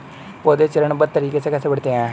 पौधे चरणबद्ध तरीके से कैसे बढ़ते हैं?